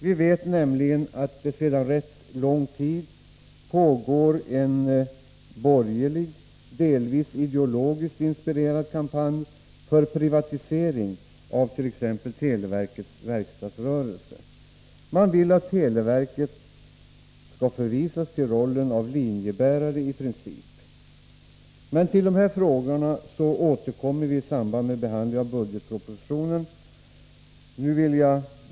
Vi vet nämligen att det sedan rätt lång tid pågår en borgerlig — delvis ideologiskt inspirerad — kampanj för privatisering av t.ex. televerkets verkstadsrörelser. Man vill att televerket i princip skall förvisas till rollen av linjebärare. Till dessa frågor återkommer vi i samband med behandlingen av budgetpropositionen.